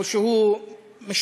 או שהוא משתחצן.